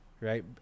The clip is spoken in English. right